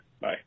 Bye